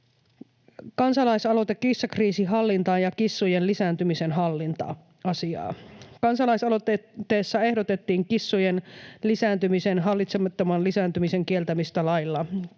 Kansalaisaloite Kissakriisi hallintaan ja kissojen lisääntymisen hallinta: Kansalaisaloitteessa ehdotettiin kissojen hallitsemattoman lisääntymisen kieltämistä lailla.